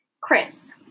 Chris